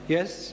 Yes